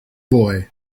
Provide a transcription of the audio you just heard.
boy